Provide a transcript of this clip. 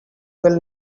will